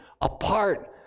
apart